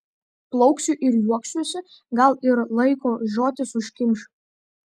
plauksiu ir juoksiuosi gal ir laiko žiotis užkimšiu